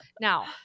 Now-